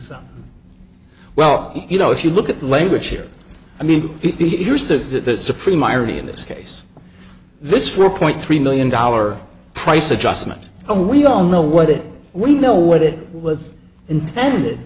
some well you know if you look at the language here i mean it was the supreme irony in this case this four point three million dollar price adjustment and we all know what it we know what it was intended